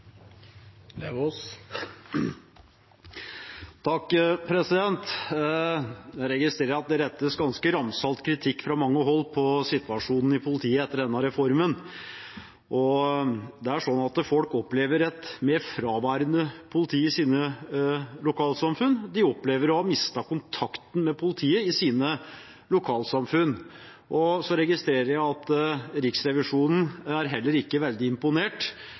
Jeg registrerer at det rettes ganske ramsalt kritikk fra mange hold mot situasjonen i politiet etter denne reformen. Folk opplever et mer fraværende politi i sine lokalsamfunn. De opplever å ha mistet kontakten med politiet i sine lokalsamfunn. Og jeg registrerer at Riksrevisjonen heller ikke er veldig imponert